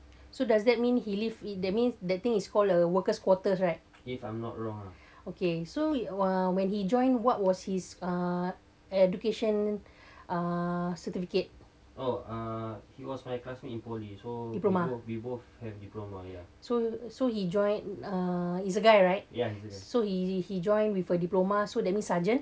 so does that mean he lived in that means that thing is called a workers' quarters right okay so !wah! when he joined what was his uh education uh certificate diploma so so he join uh it's a guy right so he he joined with a diploma so that means sergeant